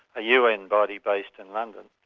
a un body based in london.